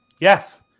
Yes